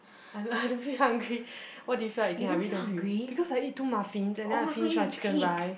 I I don't feel hungry what do you feel like eating I really don't feel because I eat two muffins and then I finish my Chicken Rice